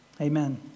amen